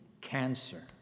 cancer